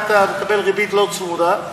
היית מקבל ריבית לא צמודה,